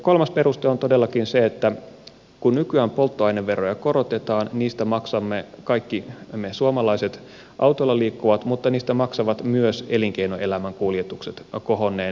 kolmas peruste on todellakin se että kun nykyään polttoaineveroja korotetaan niistä maksamme kaikki me suomalaiset autolla liikkuvat mutta niistä maksavat myös elinkeinoelämän kuljetukset kohonneen dieselin hinnan kautta